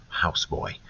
houseboy